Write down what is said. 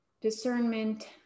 Discernment